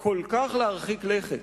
כל כך להרחיק לכת?